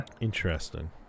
Interesting